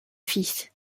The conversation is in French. fils